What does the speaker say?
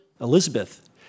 Elizabeth